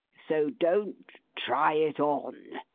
so don't try it on.